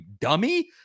dummy